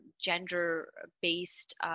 gender-based